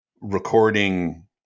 recording